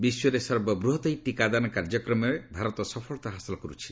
ବିଶ୍ୱରେ ସର୍ବବୃହତ୍ ଏହି ଟିକାଦାନ କାର୍ଯ୍ୟକ୍ରମରେ ଭାରତ ସଫଳତା ହାସଲ କରିଛି